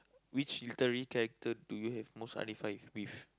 which literary character do you have most identify with